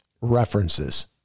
references